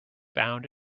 bound